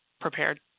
prepared